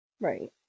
Right